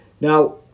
Now